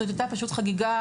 זו הייתה פשוט חגיגה.